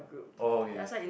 oh okay okay okay